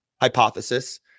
hypothesis